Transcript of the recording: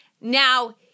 Now